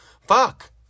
fuck